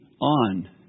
on